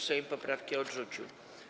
Sejm poprawki odrzucił.